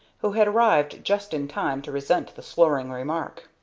who had arrived just in time to resent the slurring remark.